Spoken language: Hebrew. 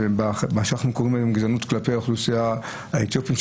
מה שאנחנו קוראים לו "גזענות כלפי האוכלוסייה האתיופית",